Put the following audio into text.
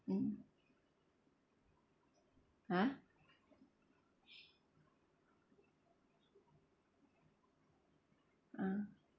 mm !huh! ah